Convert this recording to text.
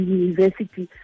university